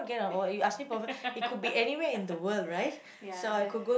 ya there